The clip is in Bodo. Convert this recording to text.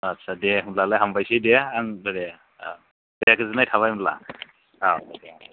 आच्चा दे होनबालाय हामबायसै दे आं दे गोजोन्नाय थाबाय होनबा औ दे